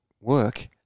work